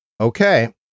okay